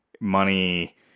money